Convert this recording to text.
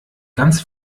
ganz